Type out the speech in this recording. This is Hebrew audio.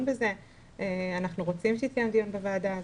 בזה ואנחנו רוצים שיתקיים דיון בוועדה.